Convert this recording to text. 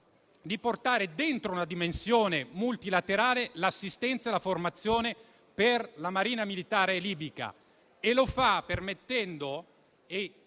di portare dentro una dimensione multilaterale l'assistenza e la formazione della Marina militare libica e lo fa permettendo e